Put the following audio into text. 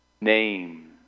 name